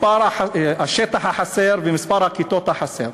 השטח החסר ומספר הכיתות החסרות.